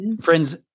friends